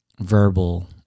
verbal